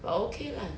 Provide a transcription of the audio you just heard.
but okay lah